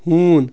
ہوٗن